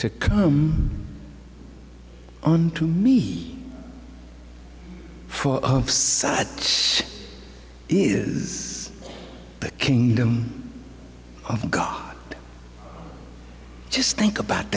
to come unto me for such is the kingdom of god just think about